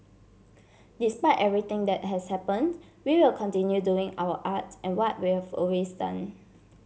despite everything that has happened we will continue doing our art and what we've always done